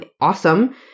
awesome